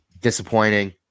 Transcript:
Disappointing